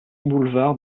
boulevard